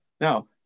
Now